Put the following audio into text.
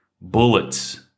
Bullets